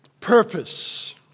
purpose